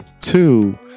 Two